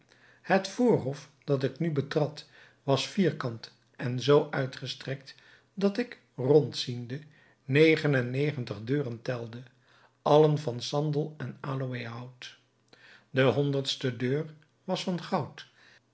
het voorhof dat ik nu betrad was vierkant en zoo uitgestrekt dat ik rond ziende negen en negentig deuren telde allen van sandel en aloëhout de honderdste deur was van goud